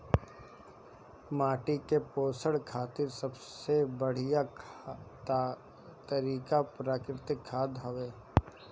माटी के पोषण खातिर सबसे बढ़िया तरिका प्राकृतिक खाद हवे